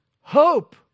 hope